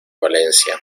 valencia